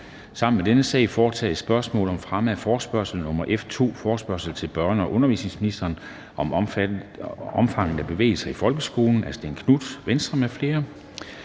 Sammen med dette punkt foretages: 2) Spørgsmål om fremme af forespørgsel nr. F 2: Forespørgsel til børne- og undervisningsministeren om omfanget af bevægelse i folkeskolen. Af Stén Knuth (V) m.fl.